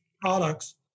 products